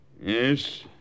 Yes